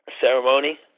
ceremony